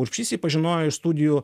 urbšys jį pažinojo iš studijų